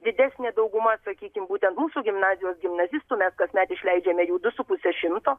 didesnė dauguma sakykim būtent mūsų gimnazijos gimnazistų mes kasmet išleidžiame jų du su puse šimto